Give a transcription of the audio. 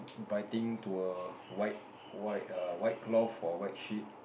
biting to a white white err white cloth or white sheet